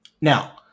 Now